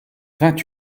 vingt